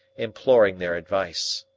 imploring their advice.